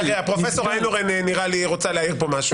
לי שפרופ' איינהורן רוצה להעיר כאן משהו.